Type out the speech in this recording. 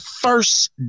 first